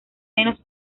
menos